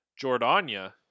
jordania